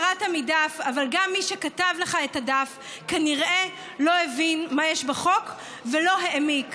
אבל גם מי שכתב לך את הדף כנראה לא הבין מה יש בחוק ולא העמיק,